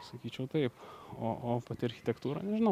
sakyčiau taip o o pati architektūra nežinau